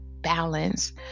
balance